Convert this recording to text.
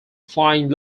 flying